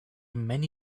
many